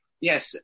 Yes